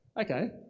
Okay